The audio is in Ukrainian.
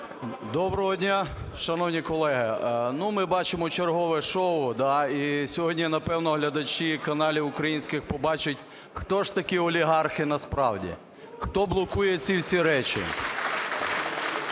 Доброго дня, шановні колеги! Ну, бачимо чергове шоу, да, і сьогодні, напевно, глядачі каналів українських побачать, хто ж такі олігархи насправді, хто блокує ці всі речі.